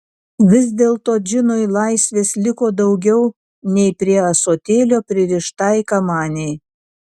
vis dėlto džinui laisvės liko daugiau nei prie ąsotėlio pririštai kamanei